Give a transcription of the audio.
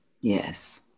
Yes